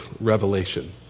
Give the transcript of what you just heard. revelation